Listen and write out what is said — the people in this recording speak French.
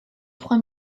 trois